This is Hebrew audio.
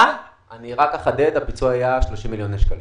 רק אחדד שהפיצוי היה 30 מיליוני שקלים.